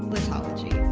cosmology